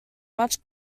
much